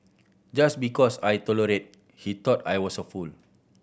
just because I tolerated he thought I was a fool